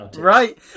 Right